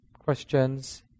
Questions